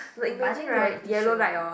no imagine right yellow light orh